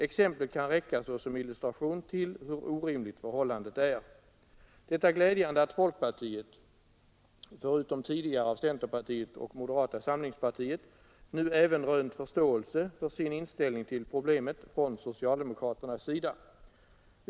Exemplet kan räcka såsom illustration till hur orimligt förhållandet är. Det är glädjande att folkpartiet — förutom tidigare av centerpartiet och moderata samlingspartiet — nu även rönt förståelse för sin inställning till problemet från socialdemokraternas sida.